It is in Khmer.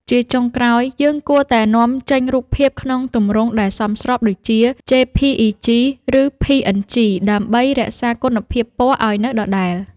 ជាចុងក្រោយ យើងគួរតែនាំចេញរូបភាពក្នុងទម្រង់ដែលសមស្របដូចជា ជេ-ភី-អ៊ី-ជី ឬ ភី-អិន-ជី ដើម្បីរក្សាគុណភាពពណ៌ឱ្យនៅដដែល។